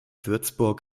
würzburg